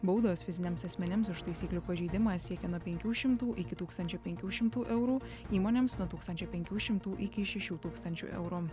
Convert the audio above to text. baudos fiziniams asmenims už taisyklių pažeidimą siekia nuo penkių šimtų iki tūkstančio penkių šimtų eurų įmonėms nuo tūkstančio penkių šimtų iki šešių tūkstančių eurų